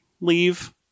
leave